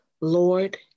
Lord